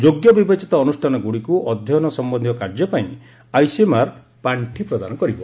ଯୋଗ୍ୟ ବିବେଚିତ ଅନୁଷ୍ଠାନଗୁଡ଼ିକୁ ଅଧ୍ୟୟନ ସମ୍ପନ୍ଧୀୟ କାର୍ଯ୍ୟ ପାଇଁ ଆଇସିଏମ୍ଆର୍ ପାଣ୍ଠି ପ୍ରଦାନ କରିବ